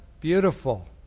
beautiful